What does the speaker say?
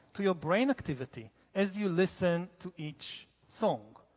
to your brain activity as you listen to each song